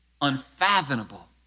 unfathomable